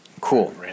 Cool